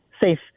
safe